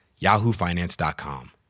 yahoofinance.com